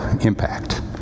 impact